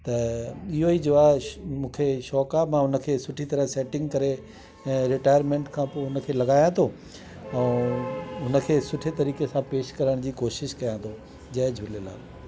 त इहेई जो आहे मूंखे शौंक़ु आहे मां उनखे सुठी तरह सां सेटिंग करे रिटायरमेंट खां पोइ उनखे लॻाया थो ऐं उनखे सुठे तरीक़े सां पेश करण जी कोशिशि कयां थो जय झूलेलाल